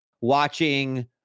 Watching